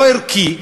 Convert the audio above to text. לא ערכי,